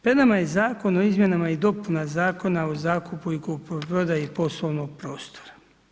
Pred nama je zakon o izmjenama i dopunama Zakona o zakupu i kupoprodaji poslovnog prostora.